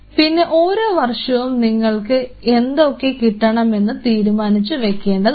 പിന്നെ ഓരോ വർഷവും നിങ്ങൾക്ക് എന്തൊക്കെ കിട്ടണമെന്ന് തീരുമാനിച്ചു വെക്കേണ്ടതാണ്